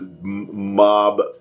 mob